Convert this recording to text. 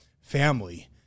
family